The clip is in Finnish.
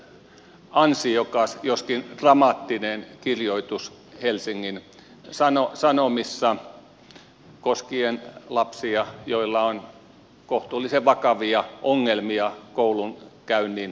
se oli hyvin ansiokas joskin dramaattinen kirjoitus helsingin sanomissa koskien lapsia joilla on kohtuullisen vakavia ongelmia koulunkäynnin suhteen